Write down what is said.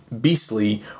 beastly